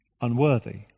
unworthy